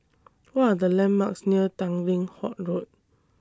What Are The landmarks near Tanglin Halt Road